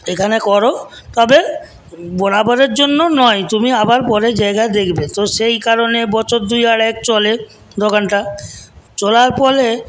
এখানে কর তবে বরাবরের জন্য নয় তুমি আবার পরে জায়গা দেখবে তো সেই কারণে বছর দুই আড়াই চলে দোকানটা চলার পরে